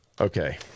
Okay